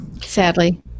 sadly